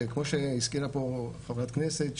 כמו שהזכירה פה חברת הכנסת,